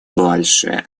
больше